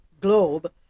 globe